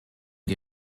die